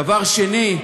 דבר שני,